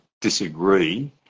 disagree